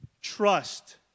Trust